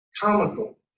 comical